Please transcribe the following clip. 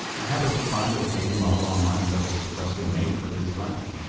i happened to find a three d model online that was custom made for this lens.